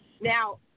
Now